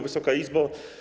Wysoka Izbo!